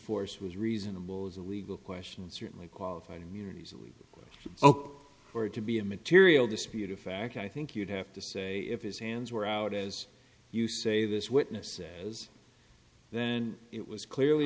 force was reasonable is a legal questions here and we qualified immunity easily ok or to be a material disputed fact i think you'd have to say if his hands were out as you say this witness has then it was clearly